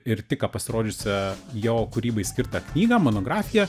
ir tik ką pasirodžiusią jo kūrybai skirtą knygą monografiją